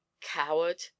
Coward